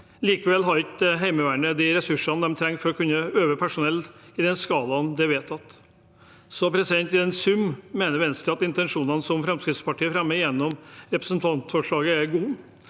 Likevel har ikke Heimevernet de ressursene de trenger for å kunne øve personell i den skalaen det er vedtatt. Så i sum mener Venstre at intensjonene som Fremskrittspartiet fremmer gjennom representantforslaget, er gode,